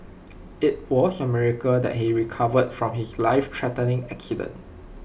IT was A miracle that he recovered from his lifethreatening accident